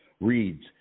reads